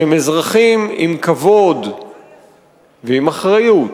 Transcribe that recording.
שהם אזרחים עם כבוד ועם אחריות,